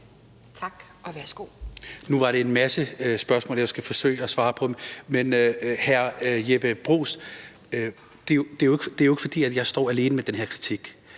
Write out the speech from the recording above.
Tak, og værsgo.